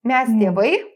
mes tėvai